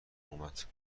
اومد